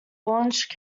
launched